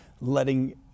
letting